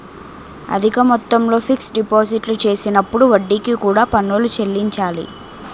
అధిక మొత్తంలో ఫిక్స్ డిపాజిట్లు చేసినప్పుడు వడ్డీకి కూడా పన్నులు చెల్లించాలి